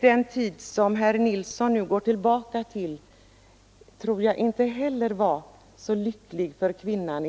Den tid som herr Nilsson i Agnäs nu går tillbaka till tror jag inte var särskilt lycklig för kvinnan.